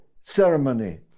ceremony